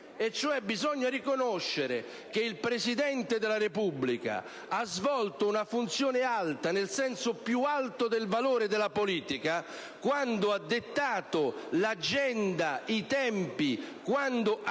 cioè riconoscere che il Presidente della Repubblica ha svolto una funzione alta, nel senso più alto del valore della politica, quando ha dettato l'agenda ed i tempi ed ha